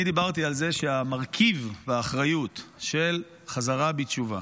אני דיברתי על זה שהמרכיב באחריות של חזרה בתשובה,